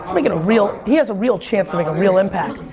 so making a real. he has a real chance to make a real impact.